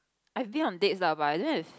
I did on date lah but I don't have